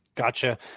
Gotcha